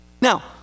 Now